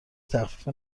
تخفیف